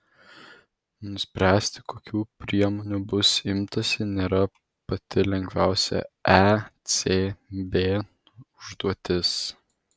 nuspręsti kokių priemonių bus imtasi nėra pati lengviausia ecb užduotis